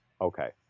Okay